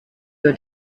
your